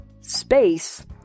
space